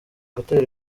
gutera